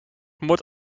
moest